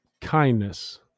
kindness